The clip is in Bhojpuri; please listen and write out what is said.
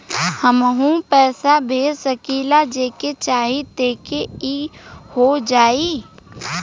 हमहू पैसा भेज सकीला जेके चाही तोके ई हो जाई?